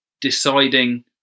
deciding